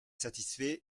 satisfait